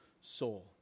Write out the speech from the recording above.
soul